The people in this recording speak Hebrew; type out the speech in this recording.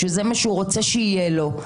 שזה מה שהוא רוצה שיהיה לו,